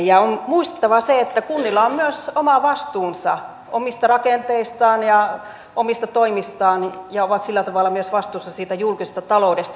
ja on muistettava se että kunnilla on myös oma vastuunsa omista rakenteistaan ja omista toimistaan ja ne ovat sillä tavalla vastuussa myös siitä julkisesta taloudesta